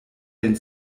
den